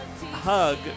hug